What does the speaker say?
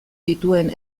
dituen